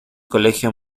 colegio